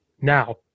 Now